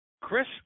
Chris